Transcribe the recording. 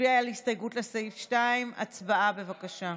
נצביע על הסתייגות לסעיף 2. הצבעה, בבקשה.